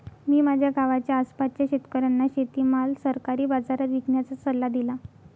मी माझ्या गावाच्या आसपासच्या शेतकऱ्यांना शेतीमाल सरकारी बाजारात विकण्याचा सल्ला दिला